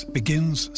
begins